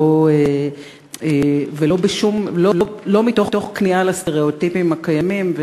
ולא מתוך כניעה לסטריאוטיפים הקיימים,